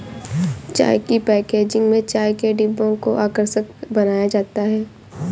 चाय की पैकेजिंग में चाय के डिब्बों को आकर्षक बनाया जाता है